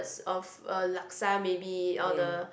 is of a laksa maybe or the